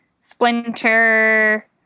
Splinter